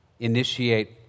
initiate